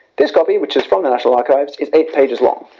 this copy which is from the national archives is eight pages long.